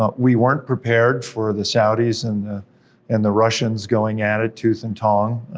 ah we weren't prepared for the saudis and the and the russians going at it tooth and tong,